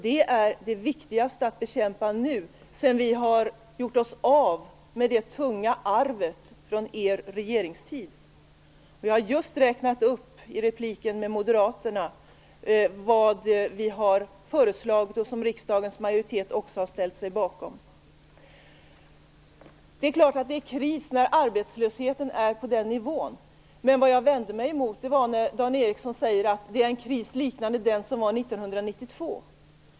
Den är det viktigaste att bekämpa nu, sedan vi har gjort oss av med det tunga arvet från er regeringstid. Jag har just i repliken med Moderaterna räknat upp vad vi har föreslagit och vad riksdagens majoritet också har ställt sig bakom. Det är klart att det är kris när arbetslösheten är på den nivån. Det jag vände mig emot var att Dan Ericsson sade att det är en kris liknande den som var 1992.